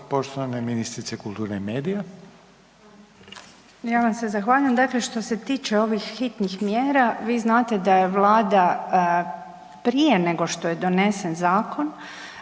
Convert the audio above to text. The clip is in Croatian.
poštovane ministrice kulture i medija. **Obuljen Koržinek, Nina** Ja vam se zahvaljujem. Što se tiče ovih hitnih mjera, vi znate da je Vlada prije nego što je donesen zakon